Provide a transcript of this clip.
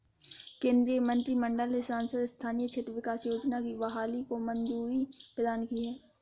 केन्द्रीय मंत्रिमंडल ने सांसद स्थानीय क्षेत्र विकास योजना की बहाली को मंज़ूरी प्रदान की है